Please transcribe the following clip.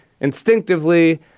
instinctively